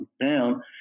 down